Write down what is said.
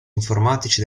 informatici